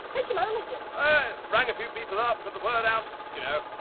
how'd you manage it? i, rang a few people up, put the word out. you know.